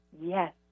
yes